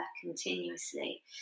continuously